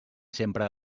sempre